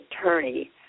attorney